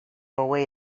away